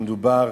אם דובר